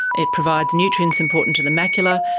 it provides nutrients important to the macular,